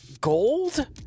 gold